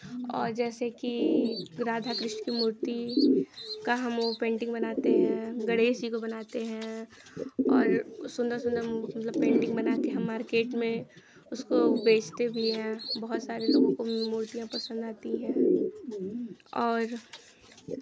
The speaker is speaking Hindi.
और जैसे कि राधाकृष्ण की मूर्ति का हम पेंटिंग बनाते हैं गणेश जी को बनाते हैं और सुन्दर सुन्दर मतलब पेंटिंग बना कर हम मार्केट में उसको बेचते भी हैं बहुत सारे लोगों को मूर्तियाँ पसंद आती है और